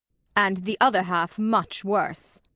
and the other half much worse?